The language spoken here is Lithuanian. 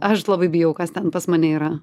aš labai bijau kas ten pas mane yra